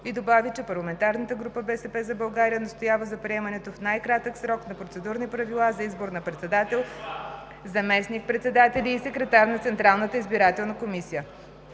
и добави, че парламентарната група „БСП за България“ настоява за приемането в най-кратък срок на процедурни правила за избор на председател, заместник-председатели и секретар на Централната избирателна комисия.